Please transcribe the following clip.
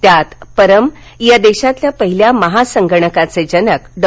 त्यात परम या देशातील पहिल्या महासंगणकाचे जनक डॉ